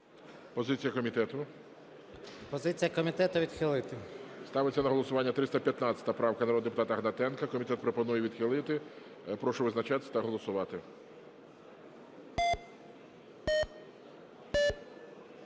Позиція комітету – відхилити. ГОЛОВУЮЧИЙ. Ставиться на голосування 315 правка народного депутата Гнатенка. Комітет пропонує відхилити. Прошу визначатись та голосувати.